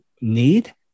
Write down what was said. need